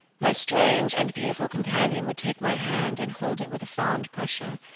my strange and beautiful companion would take my hand and hold it with a fond pressure,